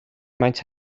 maent